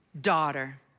daughter